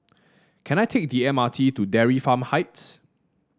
can I take the M R T to Dairy Farm Heights